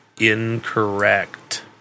Incorrect